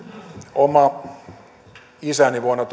oma isäni vuonna